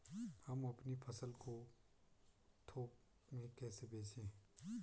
हम अपनी फसल को थोक में कैसे बेचें?